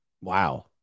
Wow